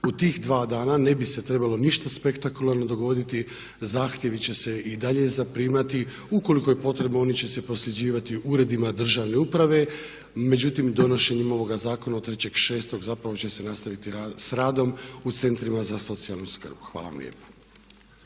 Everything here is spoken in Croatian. U tih dva dana ne bi se trebalo ništa spektakularno dogoditi, zahtjevi će se i dalje zaprimati. Ukoliko je potrebno oni će se prosljeđivati uredima državne uprave. Međutim, donošenjem ovoga zakona od 3.06. zapravo će se nastaviti s radom u centrima za socijalnu skrb. Hvala vam lijepa.